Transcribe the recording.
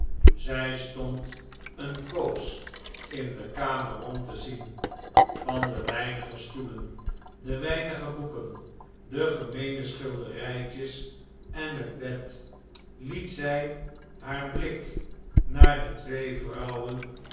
zij stond eene poos in dekamer rond te zien van de weinige stoelen de weinige boeken de gem eene schilderijtjes en het bed liet zij haar blik naar de twee vrouwen